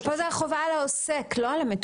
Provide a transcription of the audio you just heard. לא, אבל פה החובה היא על העוסק, לא על המטופל.